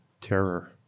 terror